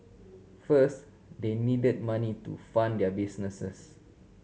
first they needed money to fund their businesses